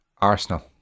Arsenal